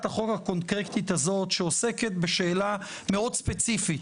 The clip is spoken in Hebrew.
החוק הקונקרטית הזאת שעוסקת בשאלה מאוד ספציפית.